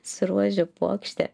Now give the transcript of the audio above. su rožių puokšte